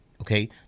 okay